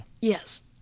Yes